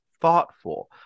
thoughtful